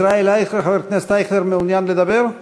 ישראל אייכלר, חבר הכנסת אייכלר, מעוניין לדבר?